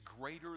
greater